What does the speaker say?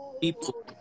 people